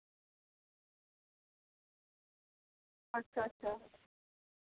ᱟᱪᱪᱷᱟ ᱟᱪᱪᱷᱟ